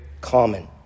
common